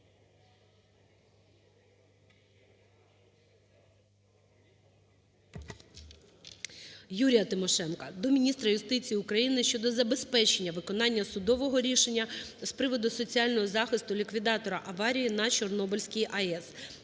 ЮріяТимошенка до міністра юстиції України щодо забезпечення виконання судового рішення з приводу соціального захисту ліквідатора аварії на Чорнобильській АЕС.